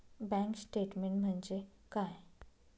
Bank statement म्हणजे काय?